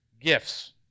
gifts